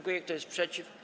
Kto jest przeciw?